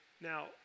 Now